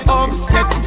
upset